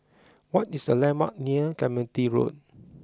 what is the landmarks near Clementi Road